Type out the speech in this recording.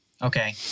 Okay